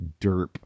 derp